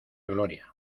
gloria